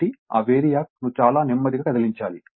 కాబట్టి ఆ VARIACవేరియాక్ ను చాలా నెమ్మదిగా కదిలించాలి